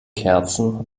kerzen